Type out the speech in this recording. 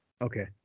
Okay